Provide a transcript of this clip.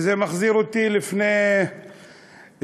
וזה מחזיר אותי, לפני תקופה,